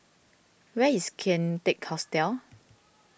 where is Kian Teck Hostel